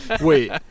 Wait